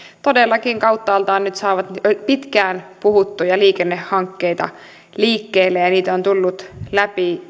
todellakin kauttaaltaan nyt saavat pitkään puhuttuja liikennehankkeita liikkeelle ja ja niitä on tullut läpi